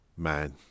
Man